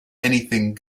anything